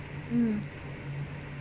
mm